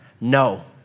No